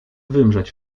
wymrzeć